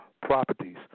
properties